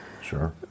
Sure